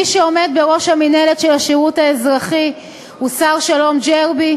מי שעומד בראש המינהלת של השירות האזרחי הוא שר-שלום ג'רבי,